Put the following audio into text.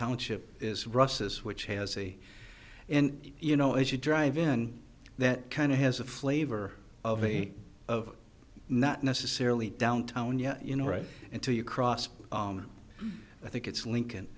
township is russ's which has a and you know as you drive in that kind of has a flavor of a of not necessarily downtown yet you know right until you cross i think it's lincoln